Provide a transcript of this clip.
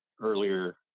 earlier